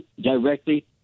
directly